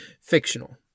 fictional